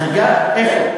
אוקיי?